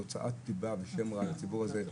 זו הוצאת דיבה ושם רע לציבור הזה.